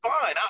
fine